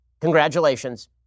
Congratulations